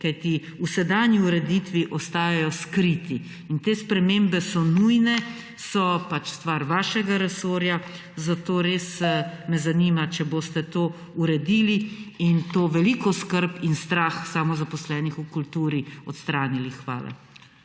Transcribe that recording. kajti v sedanji ureditvi ostajajo skriti? Te spremembe so nujne, so pač stvar vašega resorja, zato me res zanima, če boste to uredili in to veliko skrb in strah samozaposlenih v kulturi odstranili. Hvala.